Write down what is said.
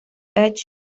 edge